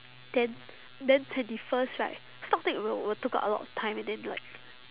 then then twenty first right stock take will will took up a lot of time and then like